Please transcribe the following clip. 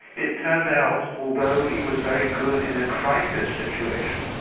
it turned out, although he was very good in a crisis situation,